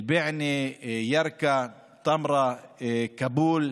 אל-בענה, ירכא, טמרה, כבול,